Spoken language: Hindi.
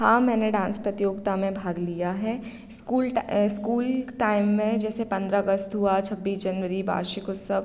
हाँ मैंने डांस प्रतियोगिता में भाग लिया है ईस्कूल टा ईस्कूल टाइम में जैसे पन्द्रह अगस्त हुआ छब्बीस जनवरी वार्षिक उत्सव